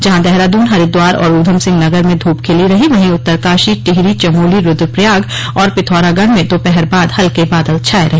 जहां देहरादून हरिद्वार और उधमसिंह नगर में धूप खिली रही वहीं उत्तरकाशी टिहरी चमोली रूद्रप्रयाग और पिथौरागढ़ में दोपहर बाद हल्के बादल छाए रहे